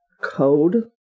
code